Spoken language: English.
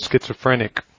schizophrenic